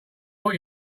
what